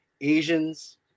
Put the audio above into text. Asians